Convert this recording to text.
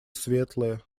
светлые